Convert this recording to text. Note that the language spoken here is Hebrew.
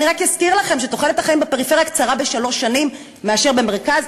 אני רק אזכיר לכם שתוחלת החיים בפריפריה קצרה בשלוש שנים מאשר במרכז,